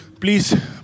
please